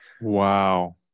Wow